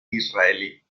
israelí